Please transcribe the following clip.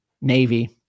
Navy